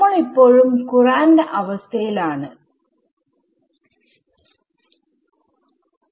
നമ്മൾ ഇപ്പോഴും കുറാന്റ് അവസ്ഥയിൽ ആണ്